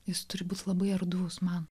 jis turi būti labai erdvus man